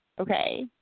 okay